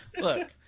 Look